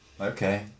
Okay